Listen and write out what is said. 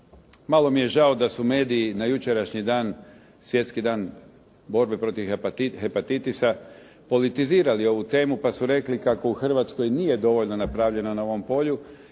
Malo mi je žao da su mediji na jučerašnji dan, Svjetski dan borbe protiv hepatitisa politizirali ovu temu pa su rekli kako u Hrvatskoj nije dovoljno napravljeno na ovom polju